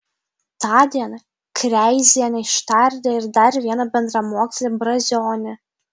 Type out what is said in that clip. tądien kreizienė ištardė ir dar vieną bendramokslį brazionį